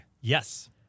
Yes